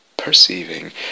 Perceiving